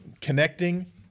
connecting